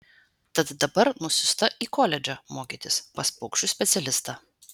tad dabar nusiųsta į koledžą mokytis pas paukščių specialistą